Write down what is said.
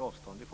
Just den formuleringen tar Alf Svensson säkert avstånd